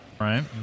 Right